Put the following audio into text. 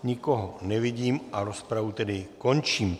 Nikoho nevidím a rozpravu tedy končím.